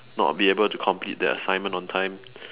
not be able to complete the assignment on time